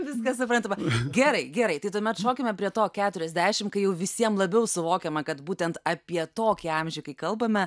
viskas suprantama gerai gerai tai tuomet šokime prie to keturiasdešim kai jau visiem labiau suvokiama kad būtent apie tokį amžių kai kalbame